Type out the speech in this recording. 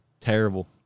terrible